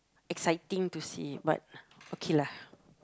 exciting to see but okay lah